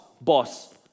Boss